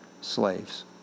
slaves